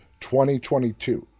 2022